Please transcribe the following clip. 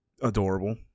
adorable